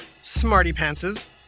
smarty-pantses